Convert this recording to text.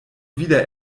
wieder